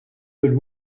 would